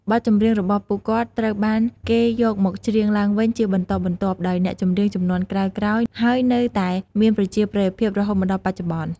បទចម្រៀងរបស់ពួកគាត់ត្រូវបានគេយកមកច្រៀងឡើងវិញជាបន្តបន្ទាប់ដោយអ្នកចម្រៀងជំនាន់ក្រោយៗ ហើយនៅតែមានប្រជាប្រិយភាពរហូតមកដល់បច្ចុប្បន្ន។